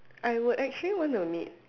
I would actually want to meet